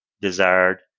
desired